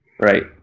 right